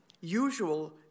usual